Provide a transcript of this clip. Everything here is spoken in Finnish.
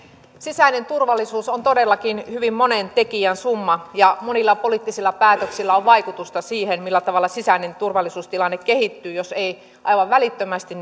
sisäinen turvallisuus on todellakin hyvin monen tekijän summa ja monilla poliittisilla päätöksillä on vaikutusta siihen millä tavalla sisäinen turvallisuustilanne kehittyy jos ei aivan välittömästi